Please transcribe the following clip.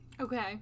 Okay